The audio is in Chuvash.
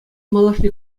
малашне